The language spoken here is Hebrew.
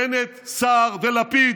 בנט, סער ולפיד,